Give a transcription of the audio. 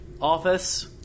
office